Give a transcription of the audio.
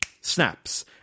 snaps